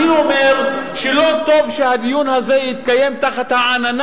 אני אומר שלא טוב שהדיון הזה יתקיים תחת העננה